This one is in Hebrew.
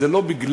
זה לא בגלל,